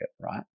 right